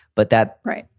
but that. right.